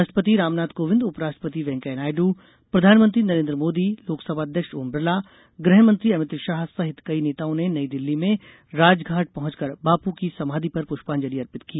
राष्ट्रपति रामनाथ कोविन्द उपराष्ट्रपति वैकेया नायडू प्रधानमंत्री नरेन्द्र मोदी लोकसभा अध्यक्ष ओम बिरला गृहमंत्री अमित शाह सहित कई नेताओं ने नई दिल्ली में राजघाट पहंचकर बापू की समाधि पर पृष्यांजलि अर्पित की